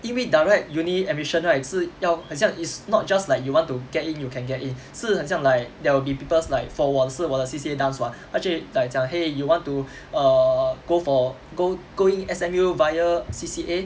因为 direct uni admission right 是要很像 it's not just like you want to get in you can get in 是很像 like there will be people like for 我是我的 C_C_A dance [what] 他就会 like 讲 !hey! you want to err go for go go in S_M_U via C_C_A